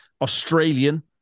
Australian